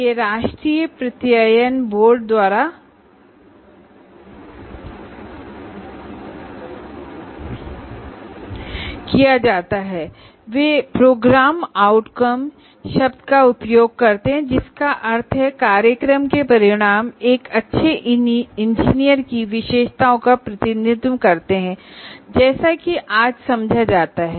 यह National Board of Accreditation द्वारा किया जाताहै वे प्रोग्राम आउटकम' शब्द का उपयोग करते हैं जिसका अर्थ है कि वर्तमान परिपेक्ष में एक अच्छे इंजीनियर की विशेषताओं से सम्बन्धित कार्यक्रम के परिणाम हैं